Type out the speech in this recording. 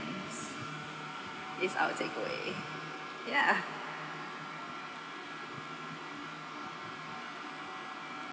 is our takeaway ya